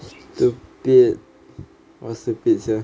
stupid !wah! stupid sia